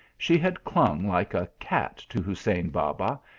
she had clung like a cat to hussein baba,